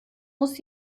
muss